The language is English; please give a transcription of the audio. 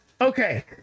Okay